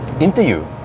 interview